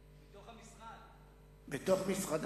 במשרד המשפטים.